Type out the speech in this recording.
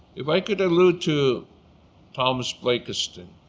if i could allude to thomas blakiston